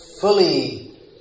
fully